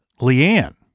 Leanne